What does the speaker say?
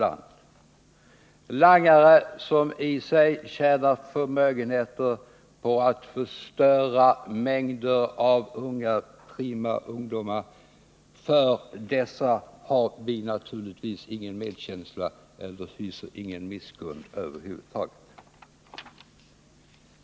För de langare som tjänar förmögenheter på att förstöra mängder av prima ungdomar har vi naturligtvis ingen medkänsla och misskund över huvud taget.